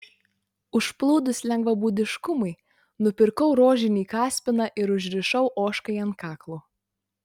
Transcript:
užplūdus lengvabūdiškumui nupirkau rožinį kaspiną ir užrišau ožkai ant kaklo